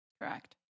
correct